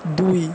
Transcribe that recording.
দুই